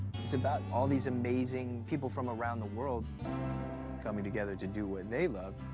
it's about all these amazing people from around the world coming together to do what they love.